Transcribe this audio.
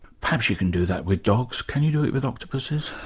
perhaps you can do that with dogs can you do it with octopuses?